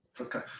Okay